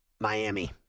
Miami